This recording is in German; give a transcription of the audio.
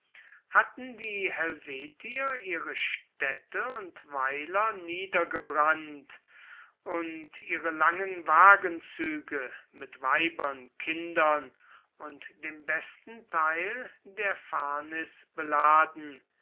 hatten die helvetier ihre städte und weiler niedergebrannt und ihre langen wagenzüge mit weibern kindern und dem besten teil der fahrnis beladen